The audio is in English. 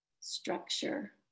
structure